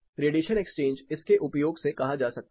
radiation exchange इसके उपयोग से कहा जा सकता है